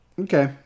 Okay